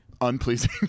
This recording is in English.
unpleasing